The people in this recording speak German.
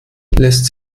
lässt